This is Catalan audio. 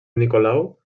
nicolau